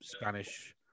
Spanish